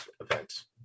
events